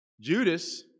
Judas